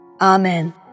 Amen